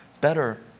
better